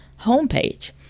homepage